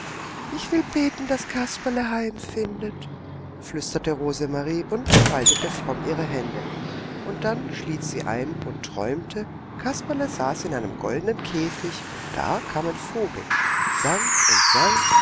ich will beten daß kasperle heimfindet flüsterte rosemarie und faltete fromm ihre hände und dann schlief sie ein und träumte kasperle saß in einem goldenen käfig und da kam ein vogel sang und sang